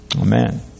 Amen